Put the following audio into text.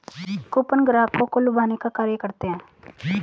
coupon ग्राहकों को लुभाने का कार्य करते हैं